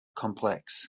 complex